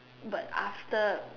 but after